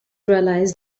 realise